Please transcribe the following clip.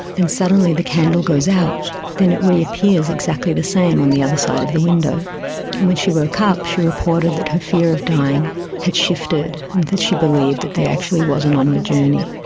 and suddenly the candle goes out, then it reappears, exactly the same on the other side of the window. and when she woke up she reported that her fear of dying had shifted, and that she believed that there actually was an onward journey.